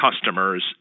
customers